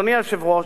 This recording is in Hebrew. אדוני היושב-ראש,